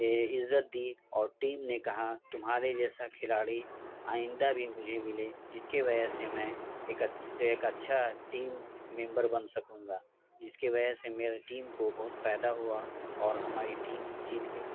عزت دی اور ٹیم نے کہا تمہارے جیسا کھلاڑی آئندہ بھی مجھے ملے جس کی وجہ سے میں ایک ایک اچھا ٹیم ممبر بن سکوں گا جس کی وجہ سے میرے ٹیم کو بہت فائدہ ہوا اور ہماری ٹیم جیت گئی